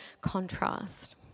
contrast